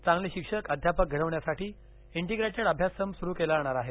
चांगले शिक्षक अध्यापक घडविण्यासाठी इंटीप्रेटेड अभ्यासक्रम सुरू केला जाणार आहे